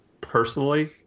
personally